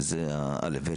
שזה ה-א'-ב',